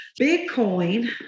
Bitcoin